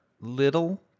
little